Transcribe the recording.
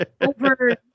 over